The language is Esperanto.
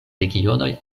regionoj